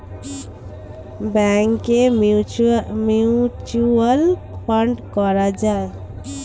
ব্যাংকে mutual fund করা যায়